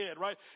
right